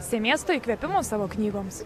semies to įkvėpimo savo knygoms